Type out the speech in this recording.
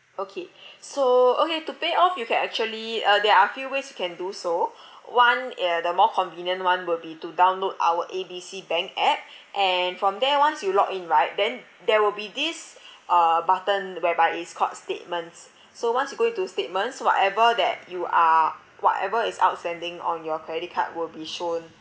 okay so okay to pay off you can actually uh there are a few ways you can do so one ya the more convenient [one] will be to download our A B C bank app and from there once you log in right then there will be this uh button whereby is called statements so once you go into statements so whatever that you are whatever is outstanding on your credit card will be shown